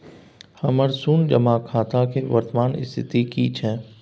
हमर शुन्य जमा खाता के वर्तमान स्थिति की छै?